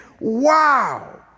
wow